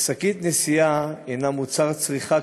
ששקית נשיאה הנה מוצר צריכה,